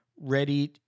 ready